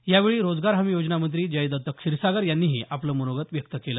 यावेळी रोजगार हमी योजना मंत्री जयदत्त क्षीरसागर यांनीही आपलं मनोगत व्यक्त केलं